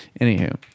Anywho